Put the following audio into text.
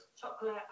Chocolate